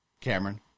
Cameron